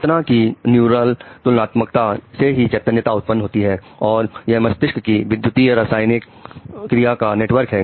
चेतना की न्यूरल तुलनात्मक ता से ही चैतन्यता उत्पन्न होती है और यह मस्तिष्क की विद्युत रासायनिक क्रिया का नेटवर्क है